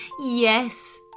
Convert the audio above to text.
Yes